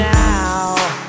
now